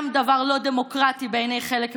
גם דבר לא דמוקרטי בעיני חלק מהאנשים.